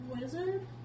wizard